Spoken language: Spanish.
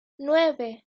nueve